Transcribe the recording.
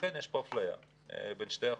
לכן יש פה אפליה בין שתי אוכלוסיות,